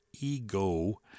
ego